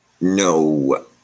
no